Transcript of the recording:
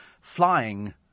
flying